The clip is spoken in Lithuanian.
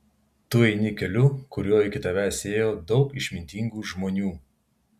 tu eini keliu kuriuo iki tavęs ėjo daug išmintingų žmonių